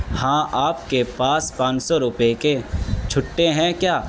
ہاں آپ کے پاس پانچ سو روپیے کے چھٹے ہیں کیا